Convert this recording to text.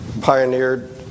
pioneered